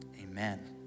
amen